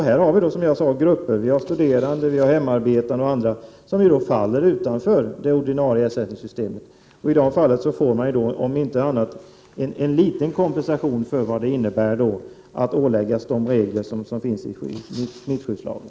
Här har vi grupper som studerande och hemarbetande m.fl. som faller utanför det ordinarie ersättningssystemet. I dag får de om inte annat en liten kompensation för vad det innebär att åläggas att följa de regler som finns i smittskyddslagen.